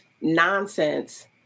nonsense